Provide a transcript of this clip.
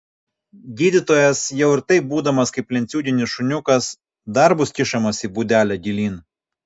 gydytojas jau ir taip būdamas kaip lenciūginis šuniukas dar bus kišamas į būdelę gilyn